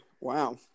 wow